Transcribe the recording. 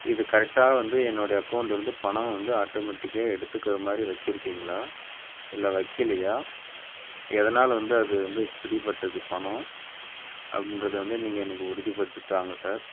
இது கரெக்டாக வந்து என்னோடைய அக்கௌண்டில் இருந்து பணம் வந்து ஆட்டோமேட்டிக்காக எடுத்துக்கிற மாதிரி வச்சிருக்கீங்களா இல்லை வைக்கிலையா எதனால் வந்து அது வந்து பிடிப்பட்டது பணம் அப்படின்றது வந்து நீங்கள் எனக்கு உறுதிப்படுத்தி தாங்க சார்